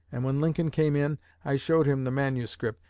and when lincoln came in i showed him the manuscript,